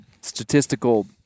statistical